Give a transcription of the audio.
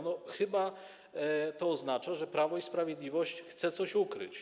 No chyba to oznacza, że Prawo i Sprawiedliwość chce coś ukryć.